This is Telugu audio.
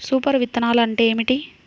సూపర్ విత్తనాలు అంటే ఏమిటి?